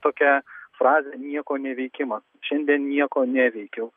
tokia frazė nieko neveikimas šiandien nieko neveikiau